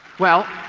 well,